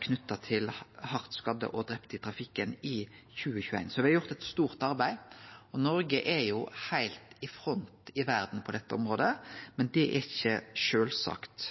knytt til hardt skadde og drepne i trafikken i 2021. Så me har gjort eit stort arbeid. Noreg er heilt i front i verda på dette området, men det er ikkje sjølvsagt.